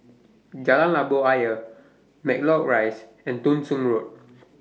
Jalan Labu Ayer Matlock Rise and Thong Soon Road